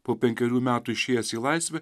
po penkerių metų išėjęs į laisvę